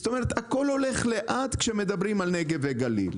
זאת אומרת הכל הולך לאט כשמדברים על נגב וגליל.